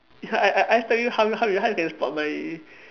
it's like I I I tell you how you how you can stop my